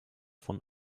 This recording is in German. von